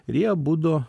ir jie abudu